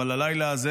אבל הלילה הזה